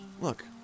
Look